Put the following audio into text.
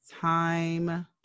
time